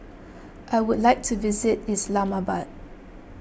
I would like to visit Islamabad